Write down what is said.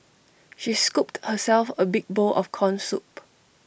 she scooped herself A big bowl of Corn Soup